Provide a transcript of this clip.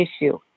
issue